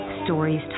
Stories